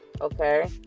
Okay